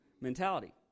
mentality